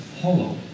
hollow